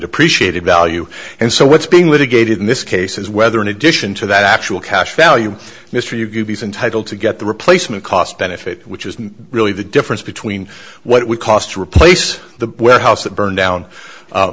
depreciated value and so what's being litigated in this case is whether in addition to that actual cash value mr u b s entitle to get the replacement cost benefit which is really the difference between what we cost to replace the warehouse that burned down